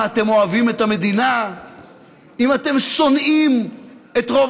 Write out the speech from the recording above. אתם אוהבים את המדינה אם אתם שונאים את רוב